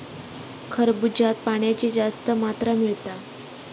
खरबूज्यात पाण्याची जास्त मात्रा मिळता